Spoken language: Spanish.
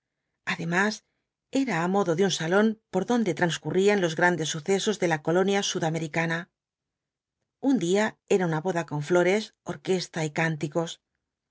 además era á modo de un salón por donde transcurrían los grandes sucesos de la colonia sudamericana un día era una boda con flores orquesta y cánticos